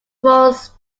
forced